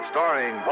Starring